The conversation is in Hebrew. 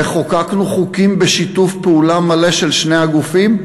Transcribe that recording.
וחוקקנו חוקים בשיתוף פעולה מלא של שני הגופים,